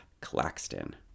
Claxton